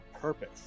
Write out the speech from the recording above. purpose